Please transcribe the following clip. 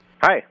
Hi